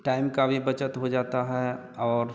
time की भी बचत हो जाती है और